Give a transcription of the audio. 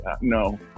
No